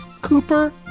Cooper